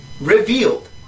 revealed